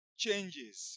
changes